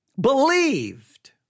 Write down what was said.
believed